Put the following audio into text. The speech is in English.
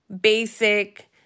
basic